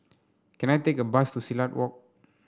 can I take a bus to Silat Walk